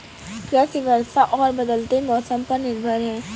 कृषि वर्षा और बदलते मौसम पर निर्भर है